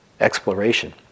exploration